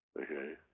Okay